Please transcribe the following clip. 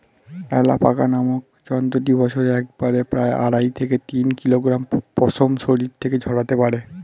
alpaca নামক জন্তুটি বছরে একবারে প্রায় আড়াই থেকে তিন কিলোগ্রাম পশম শরীর থেকে ঝরাতে পারে